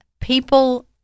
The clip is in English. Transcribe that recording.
people